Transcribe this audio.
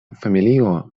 familio